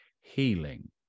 healing